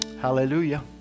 Hallelujah